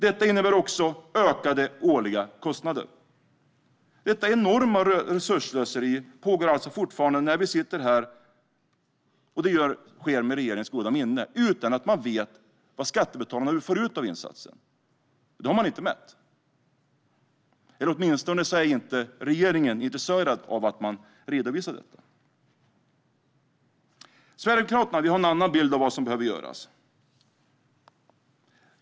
Detta innebär också ökade årliga kostnader. Detta enorma resursslöseri pågår alltså fortfarande när vi sitter här. Det sker med regeringens goda minne, utan att man vet vad skattebetalarna får ut av insatsen. Detta har man inte mätt, eller regeringen är åtminstone inte intresserad av att det redovisas. Sverigedemokraterna har en annan bild av vad som behöver göras.